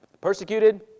persecuted